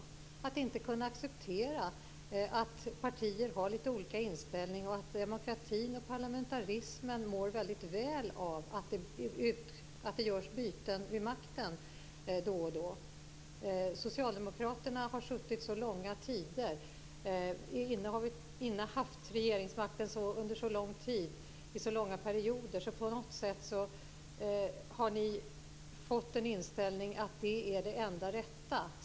Det handlar om att inte kunna acceptera att partier har lite olika inställning och att demokratin och parlamentarismen mår väldigt väl av att det görs byten då och då. Socialdemokraterna har innehaft regeringsmakten under så lång tid och under så långa perioder att ni på något sätt har fått inställningen att det är det enda rätta.